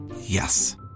Yes